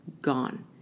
gone